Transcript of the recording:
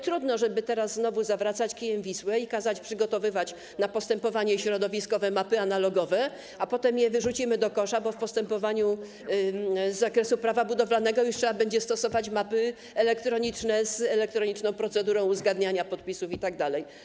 Trudno teraz znowu zawracać kijem Wisłę i kazać przygotowywać dla celów postępowania środowiskowego mapy analogowe, które potem wyrzucimy do kosza, bo w postępowaniu z zakresu prawa budowlanego już trzeba będzie stosować mapy elektroniczne z elektroniczną procedurą uzgadniania podpisów itd.